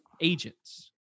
agents